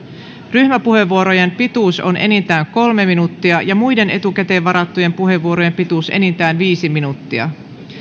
ryhmäpuheenvuorojen pituus on enintään kolme minuuttia ja muiden etukäteen varattujen puheenvuorojen pituus enintään viisi minuuttia